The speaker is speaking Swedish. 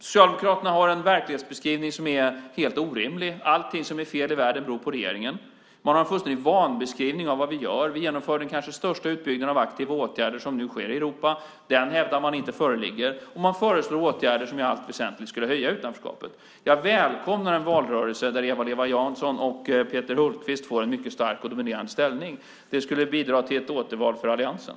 Socialdemokraterna har en verklighetsbeskrivning som är helt orimlig. Allting som är fel i världen beror på regeringen. Man har en fullständig vanbeskrivning av vad vi gör. Vi genomför den kanske största utbyggnaden av aktiva åtgärder som nu sker i Europa. Man hävdar att den inte föreligger. Man föreslår åtgärder som i allt väsentligt skulle höja utanförskapet. Jag välkomnar en valrörelse där Eva-Lena Jansson och Peter Hultqvist får en mycket stark och dominerande ställning. Det skulle bidra till ett återval för alliansen.